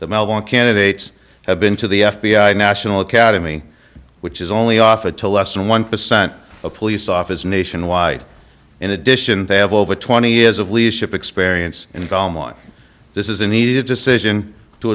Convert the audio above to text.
the melbourne candidates have been to the f b i national academy which is only offered to less than one percent of police office nationwide in addition they have over twenty years of leadership experience and all mine this is an easy decision to